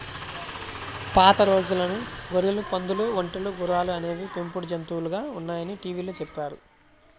పాత రోజుల నుంచి గొర్రెలు, పందులు, ఒంటెలు, గుర్రాలు అనేవి పెంపుడు జంతువులుగా ఉన్నాయని టీవీలో చెప్పారు